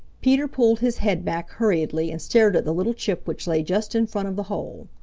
peter pulled his head back hurriedly and stared at the little chip which lay just in front of the hole.